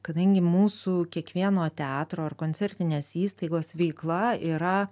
kadangi mūsų kiekvieno teatro ar koncertinės įstaigos veikla yra